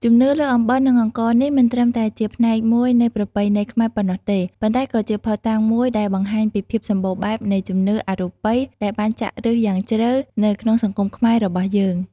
ជំនឿលើអំបិល និងអង្ករនេះ មិនត្រឹមតែជាផ្នែកមួយនៃប្រពៃណីខ្មែរប៉ុណ្ណោះទេ ប៉ុន្តែក៏ជាភស្តុតាងមួយដែលបង្ហាញពីភាពសម្បូរបែបនៃជំនឿអរូបិយដែលបានចាក់ឫសយ៉ាងជ្រៅនៅក្នុងសង្គមខ្មែររបស់យើង។